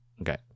Okay